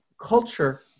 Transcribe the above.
culture